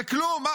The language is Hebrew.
זה כלום.